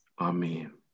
Amen